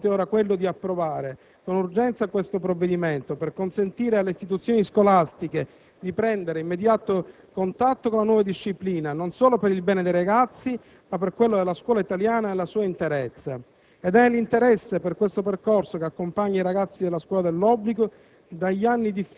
Il nostro compito è ora quello di approvare con urgenza questo provvedimento per consentire alle istituzioni scolastiche di prendere immediato contatto con la nuova disciplina, non solo per il bene dei ragazzi, ma per quello della scuola italiana nella sua interezza. Ed è nell'interesse per questo percorso che accompagna i ragazzi dalla scuola dell'obbligo,